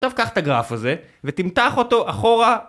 טוב, קח את הגרף הזה, ותמתח אותו אחורה.